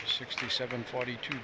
sixty seven forty two